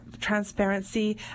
transparency